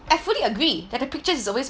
I fully agree that the pictures is always